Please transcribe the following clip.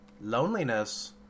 loneliness